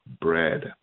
bread